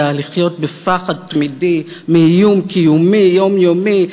לחיות בפחד תמידי מאיום קיומי יומיומי?